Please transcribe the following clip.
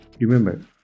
remember